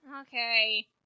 Okay